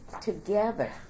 together